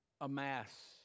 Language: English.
amass